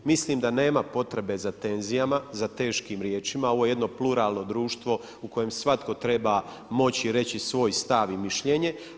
Mislim da nema potrebe za tenzijama, za teškim riječima, ovo je jedno pluralno društvo u kojem svatko treba moći reći svoj stav i mišljenje.